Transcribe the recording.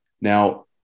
Now